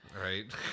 right